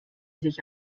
sich